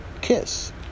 Kiss